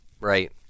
Right